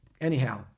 anyhow